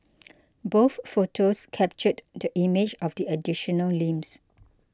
both photos captured the image of the additional limbs